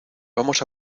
vamos